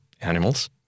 animals